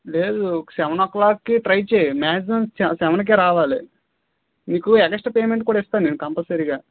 లేదు సేవన్ ఓ క్లాక్కే ట్రై చెయ్యి మాక్సిమం సెవె సెవెన్కే రావాలి నీకు ఎక్స్ట్రా పేమెంట్ కూడా ఇస్తాను నేను కంపల్సరిగా